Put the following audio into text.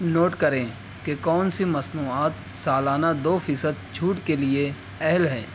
note کریں کہ کون سی مصنوعات سالانہ دو فیصد چھوٹ کے لیے اہل ہے